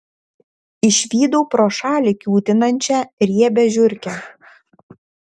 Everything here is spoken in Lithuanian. išvydau pro šalį kiūtinančią riebią žiurkę